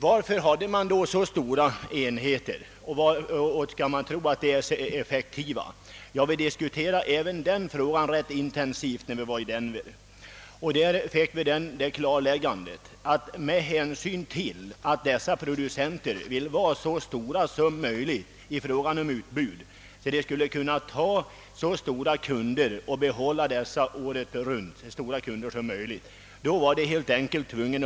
Varför hade man då så stora enheter och är de effektiva? Vi diskuterade även denna fråga rätt intensivt vid besöket i Denver, varvid vi upplystes om att producenterna vill vara så stora som möjligt i fråga om utbud för att kunna få så köpkraftiga kunder som möjligt och behålla dem hela året.